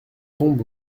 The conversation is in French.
tombe